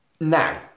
now